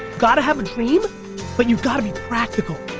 gotta have a dream but you've got to be practical.